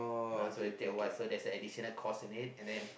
uh so they take a while so there's a additional cost in it and then